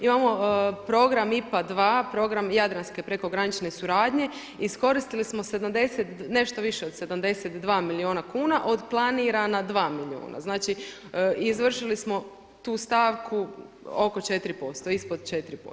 Imamo program IPA 2, program jadranske prekogranične suradnje i iskoristili smo 70, nešto više od 72 milijuna kuna od planirana 2 milijuna, znači izvršili smo tu stavku oko 4%, ispod 4%